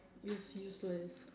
miss useless